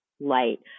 light